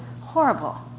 horrible